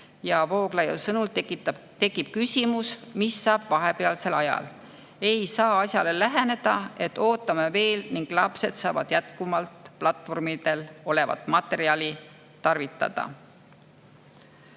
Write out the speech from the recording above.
ja Vooglaiu sõnul tekib küsimus, mis saab vahepealsel ajal. Ei saa asjale läheneda nii, et ootame veel ning lapsed saavad seni jätkuvalt platvormidel olevat materjali tarvitada.